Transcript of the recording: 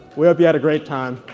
we hope you had a great time.